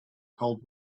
cold